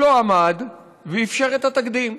לא עמד, ואפשר את התקדים: